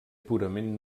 purament